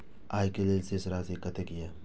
आय के लेल शेष राशि कतेक या?